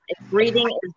Breathing